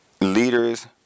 leaders